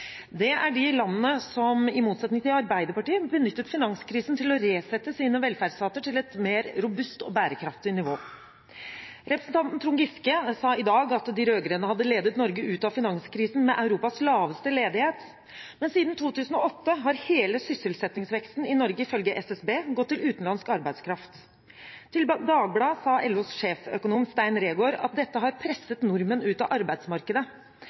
Det er de landene som, i motsetning til Arbeiderpartiet, benyttet finanskrisen til å resette sine velferdsstater til et mer robust og bærekraftig nivå. Representanten Trond Giske sa i dag at de rød-grønne hadde ledet Norge ut av finanskrisen med Europas laveste ledighet. Men siden 2008 har hele sysselsettingsveksten i Norge ifølge SSB gått til utenlandsk arbeidskraft. Til Dagbladet sa LOs sjeføkonom, Stein Reegård, at dette har presset nordmenn ut av arbeidsmarkedet.